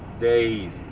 days